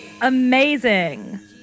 Amazing